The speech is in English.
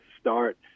start